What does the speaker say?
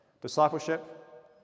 discipleship